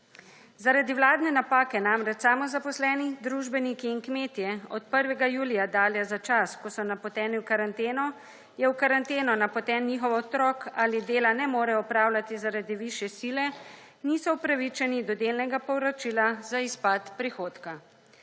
Zaradi vladne napake namreč samozaposleni, družbeniki in kmetje od 1. julija dalje za čas, ko so napoteni v karanteno, je v karanteno napoten njihov otrok ali dela ne more opravljati zaradi višje sile, niso upravičeni do delnega povračila za izpad prihodka.